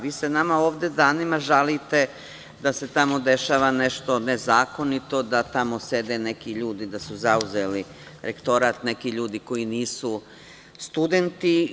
Vi se nama ovde danima žalite da se tamo dešava nešto nezakonito, da tamo sede neki ljudi, da su zauzeli Rektorat, neki ljudi koji nisu studenti.